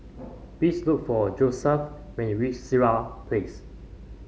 please look for Josef when you reach Sirat Place